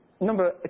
Number